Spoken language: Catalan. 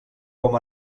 com